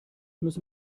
müssen